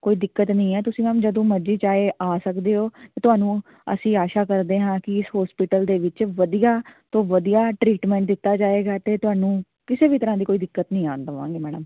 ਕੋਈ ਦਿੱਕਤ ਨਹੀਂ ਹੈ ਤੁਸੀਂ ਮੈਮ ਜਦੋਂ ਮਰਜ਼ੀ ਚਾਹੇ ਆ ਸਕਦੇ ਹੋ ਤੁਹਾਨੂੰ ਅਸੀਂ ਆਸ਼ਾ ਕਰਦੇ ਹਾਂ ਕਿ ਇਸ ਹੋਸਪਿਟਲ ਦੇ ਵਿੱਚ ਵਧੀਆ ਤੋਂ ਵਧੀਆ ਟ੍ਰੀਟਮੈਂਟ ਦਿੱਤਾ ਜਾਏਗਾ ਅਤੇ ਤੁਹਾਨੂੰ ਕਿਸੇ ਵੀ ਤਰ੍ਹਾਂ ਦੀ ਕੋਈ ਦਿੱਕਤ ਨਹੀਂ ਆਉਣ ਦੇਵਾਂਗੇ ਮੈਡਮ